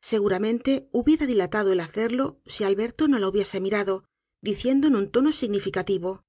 seguramente hubiera dilatado el hacerlo si alberto no la hubiese mirado diciendo en un tono significativo